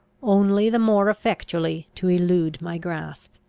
only the more effectually to elude my grasp,